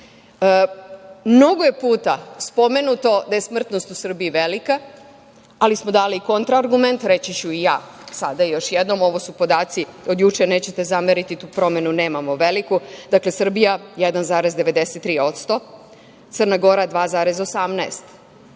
radi. Mnogo je puta spomenuto da je smrtnost u Srbiji velika, ali smo dali i kontra argument. Reći ću i ja sada još jednom, ovo su podaci od juče, nećete zameriti, tu promenu nemamo veliku, dakle, Srbija 1,93%, Crna Gora 2,18%,